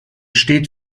steht